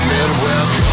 Midwest